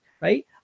Right